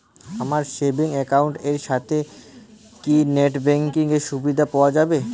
আমার savings account এর সাথে কি নেটব্যাঙ্কিং এর সুবিধা পাওয়া যাবে?